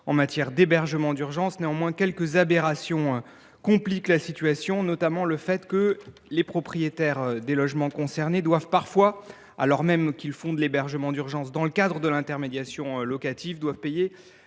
en matière d’hébergement d’urgence. Néanmoins, quelques aberrations compliquent la situation, notamment le fait que les propriétaires des logements concernés doivent parfois, alors même qu’ils font de l’hébergement d’urgence dans le cadre de l’intermédiation locative, payer